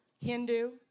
Hindu